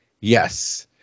yes